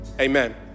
amen